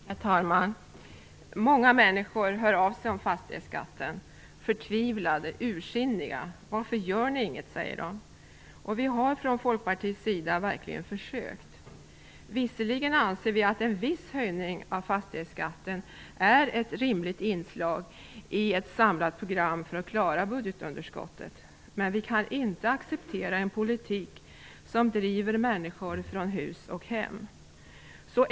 Herr talman! Många människor hör av sig om fastighetsskatten, förtvivlade och ursinniga. Varför gör ni inget? säger de. Vi har från Folkpartiets sida verkligen försökt. Visserligen anser vi att en viss höjning av fastighetsskatten är ett rimligt inslag i ett samlat program för att klara budgetunderskottet, men vi kan inte acceptera en politik som driver människor från hus och hem.